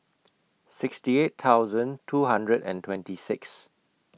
sixty eight thousand two hundred and twenty six